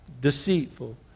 deceitful